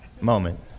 moment